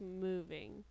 moving